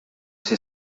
ese